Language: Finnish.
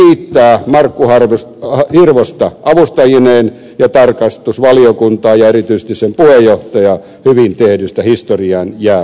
vihreä eduskuntaryhmä kiittää markku hirvosta avustajineen ja tarkastusvaliokuntaa ja erityisesti sen puheenjohtajaa hyvin tehdystä historiaan jäävästä työstä